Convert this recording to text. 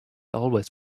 always